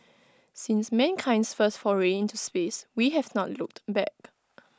since mankind's first foray into space we have not looked back